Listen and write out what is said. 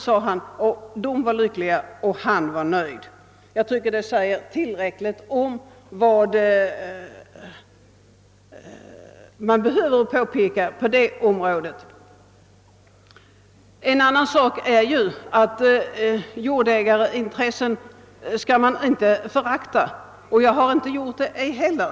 Köparna var lyckliga, och han själv var nöjd, sade han. Det tycker jag säger tillräckligt. En annan sak är att man inte skall förakta jordägarintressen, och jag har inte gjort det heller.